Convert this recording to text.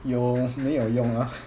有没有用啊